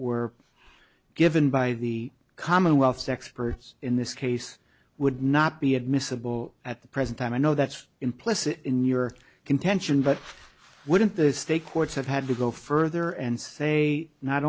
were given by the commonwealth experts in this case would not be admissible at the present time i know that's implicit in your contention but wouldn't the state courts have had to go further and say not